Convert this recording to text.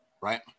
right